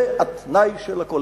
זה התנאי של הכול.